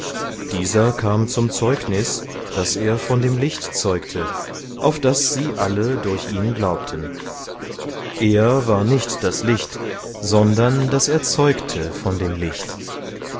dieser kam zum zeugnis daß er von dem licht zeugte auf daß sie alle durch ihn glaubten er war nicht das licht sondern daß er zeugte von dem licht